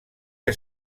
que